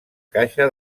caixa